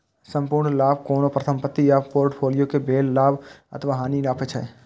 संपूर्ण लाभ कोनो परिसंपत्ति आ फोर्टफोलियो कें भेल लाभ अथवा हानि कें नापै छै